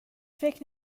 فکر